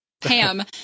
Pam